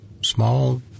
small